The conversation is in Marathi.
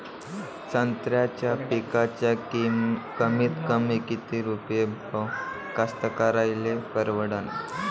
संत्र्याचा पिकाचा कमीतकमी किती रुपये भाव कास्तकाराइले परवडन?